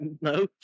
no